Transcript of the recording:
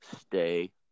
stay